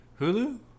Hulu